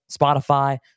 Spotify